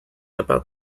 about